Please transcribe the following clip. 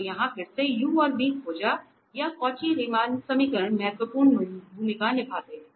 तो यहाँ फिर से u और v खोजा या कौची रीमान समीकरण महत्वपूर्ण भूमिका निभाते हैं